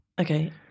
Okay